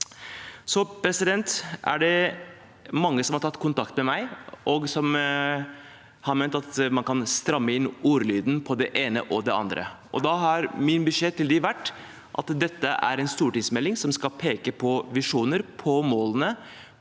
Så er det mange som har tatt kontakt med meg, og som har ment at man kan stramme inn ordlyden på det ene og det andre. Da har min beskjed til dem vært at dette er en stortingsmelding som skal peke på visjoner, på målene,